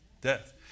Death